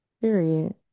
Period